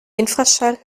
infraschall